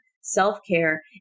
self-care